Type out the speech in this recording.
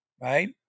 right